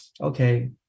okay